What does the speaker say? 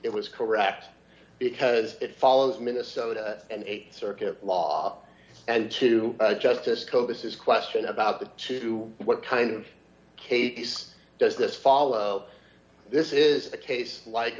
it was correct because it follows minnesota and th circuit law and to justice co this is question about the two what kind of case does this follow this is a case like